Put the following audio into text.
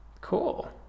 Cool